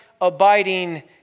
abiding